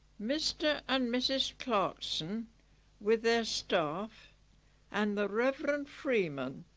mr and mrs clarkson with their staff and the reverend freeman.